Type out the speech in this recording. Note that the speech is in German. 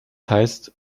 heißt